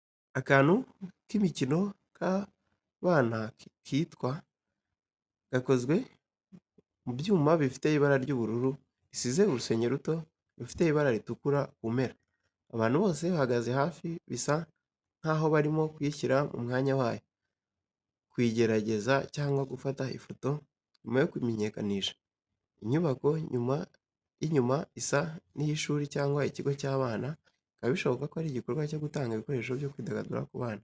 Akantu k’imikino k’abana kitwa, gakozwe mu byuma bifite ibara ry’ubururu, risize urusenge ruto rufite ibara ritukura ku mpera. Abantu bose bahagaze hafi bisa nk’aho barimo kuyishyira mu mwanya wayo, kuyigerageza cyangwa gufata ifoto nyuma yo kuyimenyekanisha. Inyubako y’inyuma isa n’iy’ishuri cyangwa ikigo cy’abana, bikaba bishoboka ko ari igikorwa cyo gutanga ibikoresho byo kwidagadura ku bana.